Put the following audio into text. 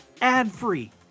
ad-free